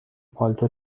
پالتو